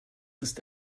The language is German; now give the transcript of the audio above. ist